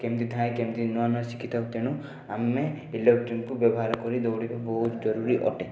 କେମିତି ଥାଏ କେମିତି ନୂଆ ନୂଆ ଶିଖିଥାଉ ତେଣୁ ଆମେ ଇଲୋକ୍ଟ୍ରନିକ୍କୁ ବ୍ୟବହାର କରି ଦୌଡ଼ିବା ବହୁତ୍ ଜରୁରୀ ଅଟେ